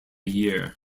year